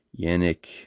Yannick